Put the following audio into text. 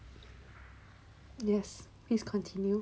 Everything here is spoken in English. yes please continue